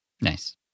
Nice